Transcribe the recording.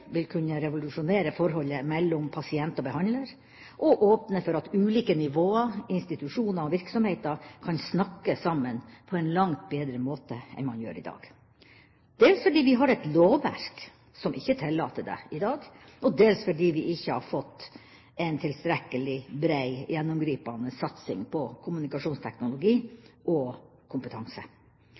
vil kunne revolusjonere forholdet mellom pasient og behandler og åpne for at ulike nivåer, institusjoner og virksomheter kan snakke sammen på en langt bedre måte enn man gjør i dag – dels fordi vi har et lovverk som ikke tillater det i dag, og dels fordi vi ikke har fått en tilstrekkelig brei, gjennomgripende satsing på kommunikasjonsteknologi og kompetanse.